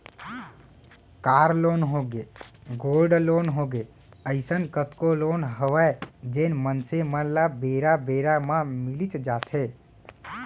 car loan होगे, gold loan होगे, अइसन कतको लोन हवय जेन मनसे मन ल बेरा बेरा म मिलीच जाथे